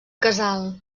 casal